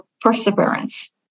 perseverance